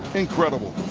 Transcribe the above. incredible.